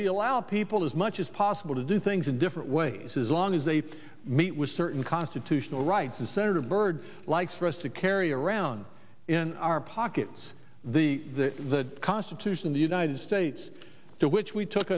we allow people as much as possible to do things in different ways as long as they meet with certain constitutional rights as senator byrd likes for us to carry around in our pockets the the constitution of the united states to which we took